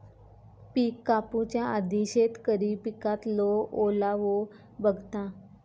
पिक कापूच्या आधी शेतकरी पिकातलो ओलावो बघता